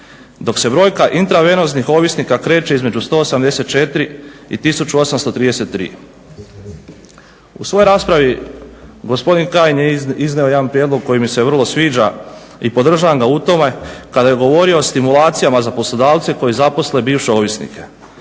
dok se brojka intravenoznih ovisnika kreće između 184 i 1833. U svojoj raspravi gospodin Kajin je iznio jedan prijedlog koji mi se vrlo sviđa i podržavam ga u tome kada je govorio o stimulacijama za poslodavce koji zaposle bivše ovisnike.